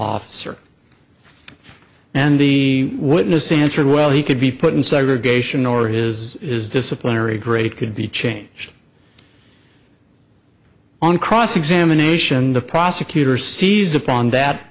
officer and the witness answered well he could be put in segregation or his is disciplinary great could be changed on cross examination the prosecutor seized upon that